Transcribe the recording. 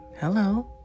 Hello